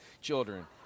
children